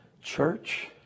Church